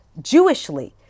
Jewishly